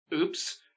Oops